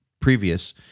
previous